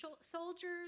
soldiers